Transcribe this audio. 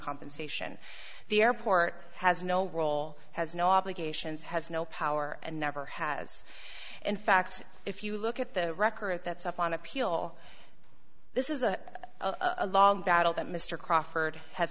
compensation the airport has no role has no obligations has no power and never has in fact if you look at the record that's up on appeal this is a a long battle that mr crawford has